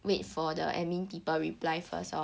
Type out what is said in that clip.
wait for the admin people reply first lor